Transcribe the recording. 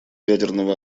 ядерного